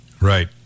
Right